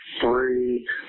three